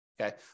Okay